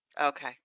Okay